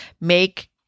Make